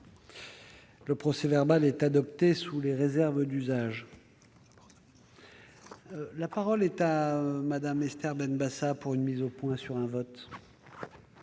Le procès-verbal est adopté sous les réserves d'usage. La parole est à Mme Esther Benbassa, pour une mise au point au sujet d'un vote.